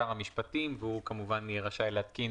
השר זה שר המשפטים והוא כמובן יהיה רשאי להתקין,